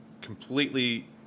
completely